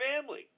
family